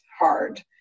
hard